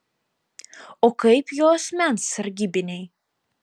o kaip jo asmens sargybiniai